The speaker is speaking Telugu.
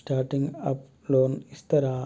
స్టార్టింగ్ అప్ లోన్ ఇస్తారా?